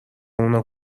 اونو